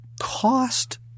cost